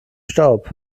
staub